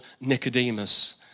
Nicodemus